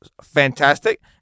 fantastic